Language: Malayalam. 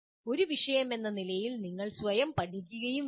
ഒരു വിഷയം എന്ന നിലയിൽ നിങ്ങൾ സ്വയം പഠിക്കുകയും വേണം